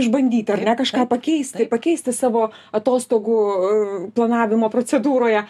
išbandyti ar ne kažką pakeisti pakeisti savo atostogų planavimo procedūroje